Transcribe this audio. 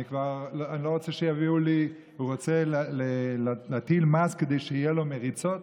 הוא רוצה להטיל מס כדי שיהיה לו מריצות,